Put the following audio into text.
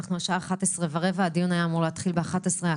השעה 11 ורבע, והדיון הקודם היה אמור להתחיל ב-11.